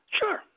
Sure